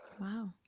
wow